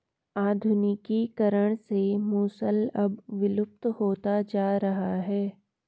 आधुनिकीकरण से मूसल अब विलुप्त होता जा रहा है